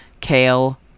kale